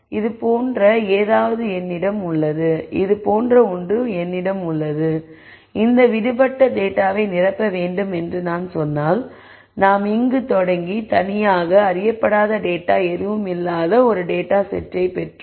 இது போன்ற ஏதாவது என்னிடம் உள்ளது இது போன்ற ஒன்று என்னிடம் உள்ளது இந்த விடுபட்ட டேட்டாவை நிரப்ப வேண்டும் என்று நான் சொன்னால் நாம் இங்கு தொடங்கி தனியாக அறியப்படாத டேட்டா எதுவும் இல்லாத இந்த டேட்டா செட்டை பெற்றோம்